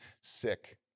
sick